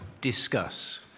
Discuss